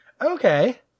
Okay